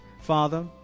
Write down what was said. Father